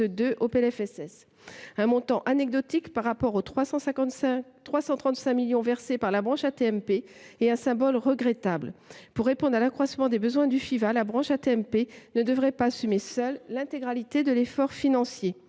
d’un montant anecdotique comparé aux 335 millions d’euros versés par la branche AT MP ; le symbole est regrettable… Pour répondre à l’accroissement des besoins du Fiva, la branche AT MP ne devrait pas assumer seule l’intégralité de l’effort financier.